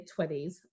20s